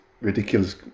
ridiculous